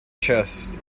chest